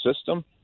system